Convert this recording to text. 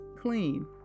clean